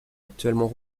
actuellement